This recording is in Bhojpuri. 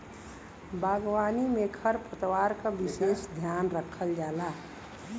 बागवानी में खरपतवार क विसेस ध्यान रखल जाला